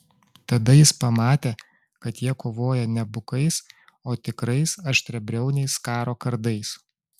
tada jis pamatė kad jie kovoja ne bukais o tikrais aštriabriauniais karo kardais